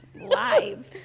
Live